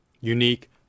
unique